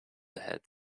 ahead